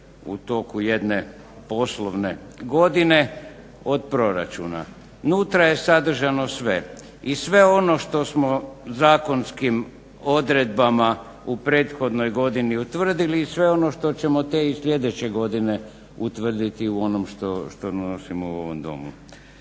u toku jedne poslovne godine od proračuna. Unutra je sadržano sve. I sve ono što smo zakonskim odredbama u prethodnoj godini utvrdili i sve ono što ćemo te i sljedeće godine utvrditi u onom što donosimo u ovom Domu.